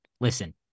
Listen